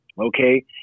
Okay